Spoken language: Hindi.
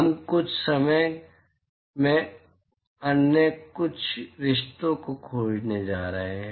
हम कुछ ही समय में कुछ अन्य रिश्तों को खोजने जा रहे हैं